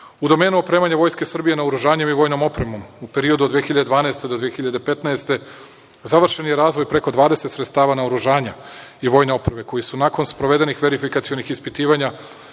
domenu opremanja Vojske Srbije naoružanjem i vojnom opremom u periodu od 2012. do 2015. godine, završen je razvoj preko 20 sredstava naoružanja i vojne opreme, koji su nakon sprovedenih verifikacionih ispitivanja